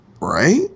right